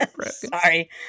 Sorry